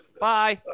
Bye